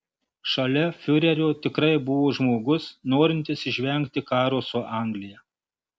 šalia fiurerio tikrai buvo žmogus norintis išvengti karo su anglija